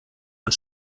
und